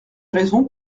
raisons